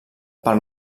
pel